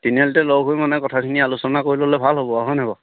তিনিআলিতে লগ হৈ মানে কথাখিনি আলোচনা কৰি ল'লে ভাল হ'ব আৰু হয় নহয় বাৰু